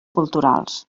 culturals